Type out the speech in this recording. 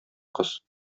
кыз